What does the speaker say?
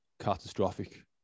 catastrophic